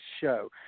show